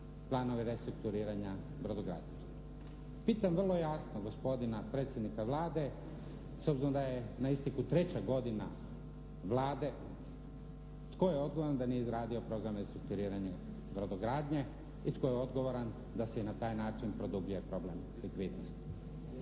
planovi restrukturiranja brodogradilišta. Pitam vrlo jasno gospodina predsjednika Vlade s obzirom da je na istijeku treća godina Vlade tko je odgovoran da nije izradio program restrukturiranja brodogradnje i tko je odgovoran da se i na taj način produbljuje problem likvidnosti?